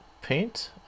paint